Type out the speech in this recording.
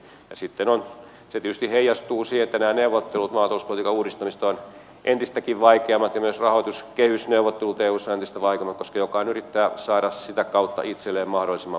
sitten se tietysti heijastuu siihen että nämä neuvottelut maatalouspolitiikan uudistamisesta ovat entistäkin vaikeammat ja myös rahoituskehysneuvottelut eussa ovat entistä vaikeammat koska jokainen yrittää saada sitä kautta itselleen mahdollisimman paljon rahaa